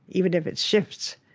even if it shifts,